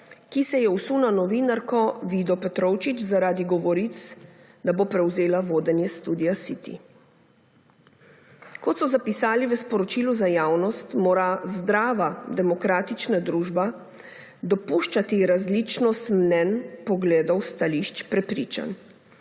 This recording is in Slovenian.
ki se je vsul na novinarko Vido Petrovčič zaradi govoric, da bo prevzela vodenje Studia City. Kot so zapisali v sporočilu za javnost, mora zdrava demokratična družba dopuščati različnost mnenj, pogledov, stališč, prepričanj.